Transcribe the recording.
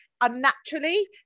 unnaturally